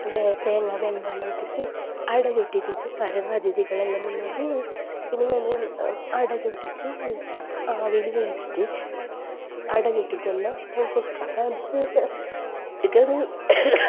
തേങ്ങ വെല്ലം എല്ലാം ഇട്ടിട്ടു അട ചുട്ടിട്ട് ആരെങ്കിലും അതിഥികള് എല്ലാം വന്നെങ്കിൽ പിന്നെ ഞാൻ അട ചുട്ടിട്ട് ആവിയിൽ വേവിച്ചിട്ട് അട ചുട്ടിട്ട് എല്ലാം കൊടുക്കും അപ്പോൾ അത് അതൊക്കെ അത്